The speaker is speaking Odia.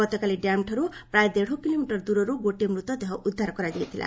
ଗତକାଲି ଡ୍ୟାମଠାରୁ ପ୍ରାୟ ଦେଢକିଲୋମିଟର ଦୂରରୁ ଗୋଟିଏ ମୃତଦେହ ଉଦ୍ଧାର କରାଯାଇଥିଲା